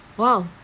!wow!